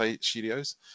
Studios